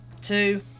two